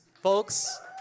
Folks